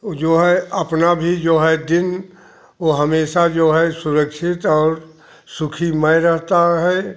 वो जो है अपना भी जो है दिन वो हमेशा जो है सुरक्षित और सूखीमय रहता है